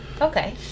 okay